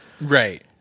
Right